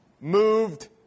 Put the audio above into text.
moved